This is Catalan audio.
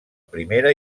primera